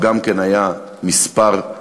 היה גם הוא מִספר,